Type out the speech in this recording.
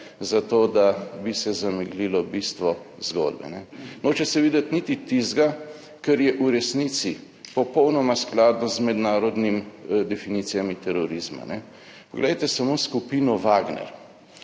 zato, da bi se zameglilo bistvo zgodbe. Noče se videti niti tistega kar je v resnici popolnoma skladno z mednarodnimi definicijami terorizma. Poglejte samo skupino Wagner.